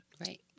Right